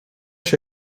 się